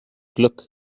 glück